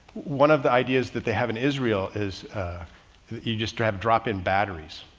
one of the ideas that they have in israel is that you just have drop in batteries.